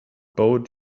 boat